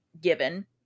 given